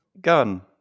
gun